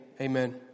amen